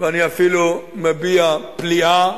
ואני אפילו מביע פליאה,